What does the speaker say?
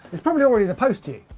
it's probably already in the post to you.